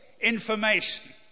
information